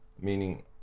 meaning